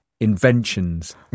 inventions